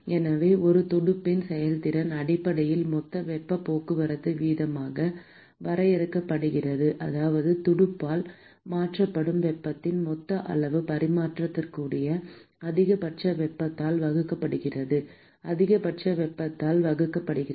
எனவே ஒரு துடுப்பின் செயல்திறன் அடிப்படையில் மொத்த வெப்பப் போக்குவரத்து வீதமாக வரையறுக்கப்படுகிறது அதாவது துடுப்பால் மாற்றப்படும் வெப்பத்தின் மொத்த அளவு பரிமாற்றக் கூடிய அதிகபட்ச வெப்பத்தால் வகுக்கப்படுகிறது அதிகபட்ச வெப்பத்தால் வகுக்கப்படுகிறது